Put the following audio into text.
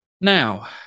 Now